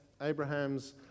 Abraham's